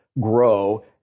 grow